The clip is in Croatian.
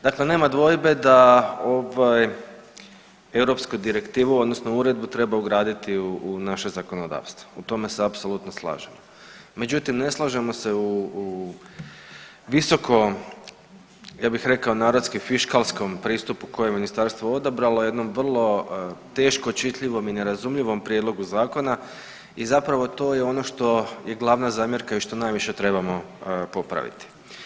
Dakle, nema dvojbe da ovaj europsku direktivu odnosno uredbu treba ugraditi u naše zakonodavstvo, u tome se apsolutno slažemo, međutim ne slažemo se u visokom, ja bih rekao narodski fiškalskom pristupu koje je ministarstvo odabralo, jednom vrlo teško čitljivom i nerazumljivom prijedlogu zakona i zapravo to je ono što je glavna zamjerka i što najviše trebamo popraviti.